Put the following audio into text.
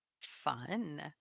Fun